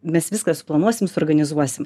mes viską suplanuosim suorganizuosim